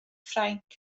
ffrainc